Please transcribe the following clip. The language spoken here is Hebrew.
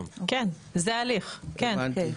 נכון, זה ההליך, כן.